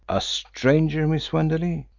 a stranger, miss wenderley?